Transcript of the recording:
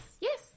yes